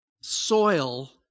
soil